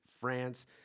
France